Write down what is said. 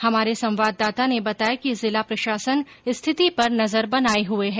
हमारे संवाददाता ने बताया कि जिला प्रशासन स्थिति पर नजर बनाये हुए है